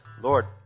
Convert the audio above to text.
Lord